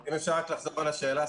האם אפשר לחזור על השאלה?